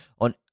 on